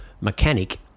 mechanic